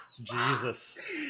Jesus